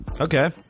Okay